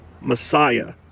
Messiah